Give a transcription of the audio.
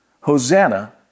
Hosanna